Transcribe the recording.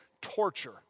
torture